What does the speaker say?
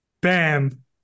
Bam